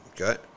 Okay